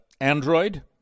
Android